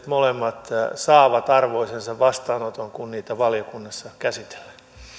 molemmat lakiesitykset saavat arvoisensa vastaanoton kun niitä valiokunnassa käsitellään